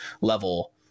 level